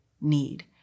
need